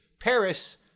Paris